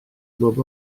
bob